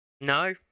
No